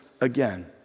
again